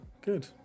good